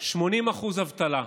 80% אבטלה,